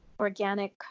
organic